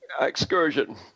excursion